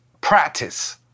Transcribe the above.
practice